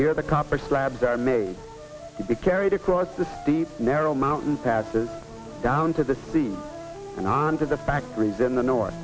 here the copper slabs are made to be carried across the steep narrow mountain passes down to the sea and on to the factories in the north